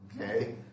okay